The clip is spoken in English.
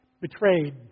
Betrayed